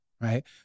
right